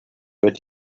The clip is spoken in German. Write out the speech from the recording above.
wird